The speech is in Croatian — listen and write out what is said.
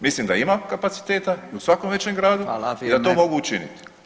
Mislim da ima kapaciteta i u svakom većem gradu [[Upadica: Hvala, vrijeme.]] da to mogu učiniti.